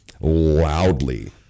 loudly